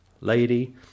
lady